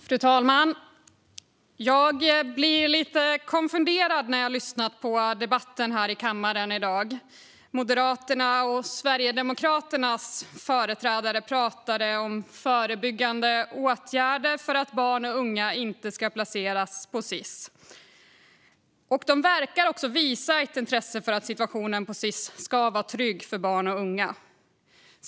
Fru talman! Jag blir lite konfunderad när jag lyssnar på debatten här i kammaren i dag. Moderaternas och Sverigedemokraternas företrädare pratade om förebyggande åtgärder för att barn och unga inte ska placeras på Sis, och de verkar också visa ett intresse för att situationen på Sis ska vara trygg för barn och unga.